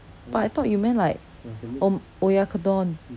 but I thought you meant like om~ oyakudon